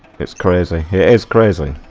is crazy here is crazy